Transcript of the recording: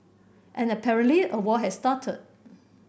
and apparently a war has started